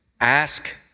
ask